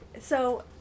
So-